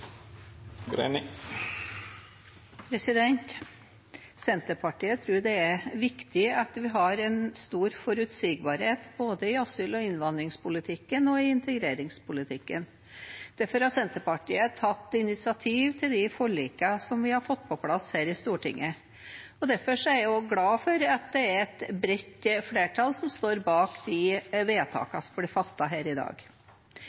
til. Senterpartiet tror det er viktig at vi har en stor forutsigbarhet både i asyl- og innvandringspolitikken og i integreringspolitikken. Derfor har Senterpartiet tatt initiativ til de forlikene vi har fått på plass her i Stortinget, og derfor er jeg også glad for at det er et bredt flertall som står bak de vedtakene som blir fattet her i dag.